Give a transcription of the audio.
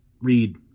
Read